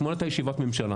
אתמול הייתה פה ישיבת ממשלה.